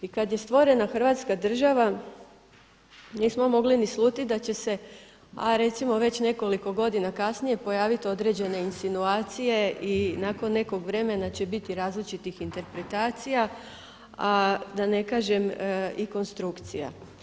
I kad je stvorena Hrvatska država nismo mogli ni slutiti da će se, ha recimo već nekoliko godina kasnije pojaviti određene insinuacije i nakon nekog vremena će biti različitih interpretacija, a da ne kažem i konstrukcija.